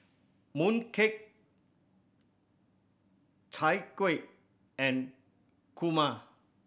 mooncake Chai Kueh and kurma